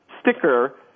sticker